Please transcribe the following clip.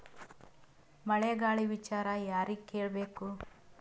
ಮಳೆ ಗಾಳಿ ವಿಚಾರ ಯಾರಿಗೆ ಕೇಳ್ ಬೇಕು?